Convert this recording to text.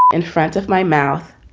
and front of my mouth,